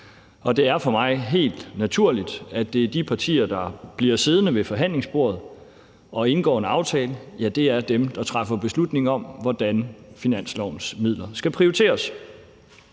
og det er for mig helt naturligt, at det er de partier, der bliver siddende ved forhandlingsbordet og indgår en aftale, som træffer beslutning om, hvordan finanslovens midler skal prioriteres.